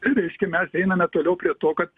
tai reiškia mes einame toliau prie to kad